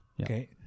okay